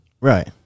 right